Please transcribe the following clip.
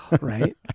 Right